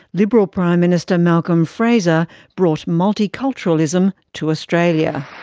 liberal prime minister malcolm fraser brought multiculturalism to australia.